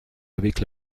avec